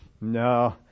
No